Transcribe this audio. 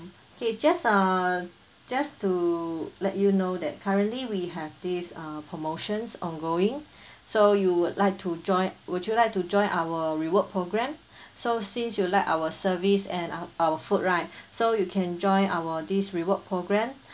okay just uh just to let you know that currently we have these uh promotions ongoing so you would like to join would you like to join our reward program so since you like our service and our our food right so you can join our this reward program